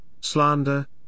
slander